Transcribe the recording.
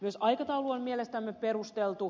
myös aikataulu on mielestämme perusteltu